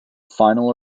final